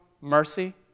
mercy